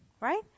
Right